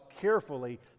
carefully